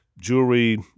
jewelry